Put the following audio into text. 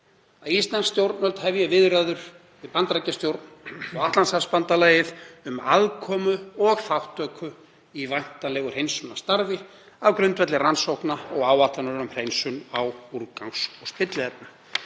að íslensk stjórnvöld hefji viðræður við Bandaríkjastjórn og Atlantshafsbandalagið um aðkomu og þátttöku í væntanlegu hreinsunarstarfi á grundvelli rannsókna og áætlunar um hreinsun á úrgangs- og spilliefnum.